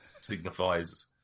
signifies